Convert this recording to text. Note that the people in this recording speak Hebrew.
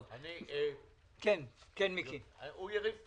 אופיר יריב פוליטי,